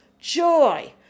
Joy